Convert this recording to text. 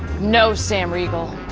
no sam riegel.